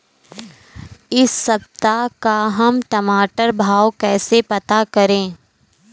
इस सप्ताह का हम टमाटर का भाव कैसे पता करें?